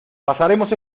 pasaremos